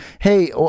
Hey